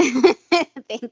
Thank